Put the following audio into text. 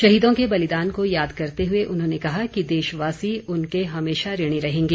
शहीदों के बलिदान को याद करते हुए उन्होंने कहा कि देशवासी उनके हमेशा ऋणी रहेंगे